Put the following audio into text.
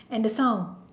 and the sound